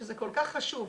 שזה כל כך חשוב,